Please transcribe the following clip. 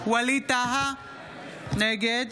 ווליד טאהא, נגד